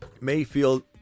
Mayfield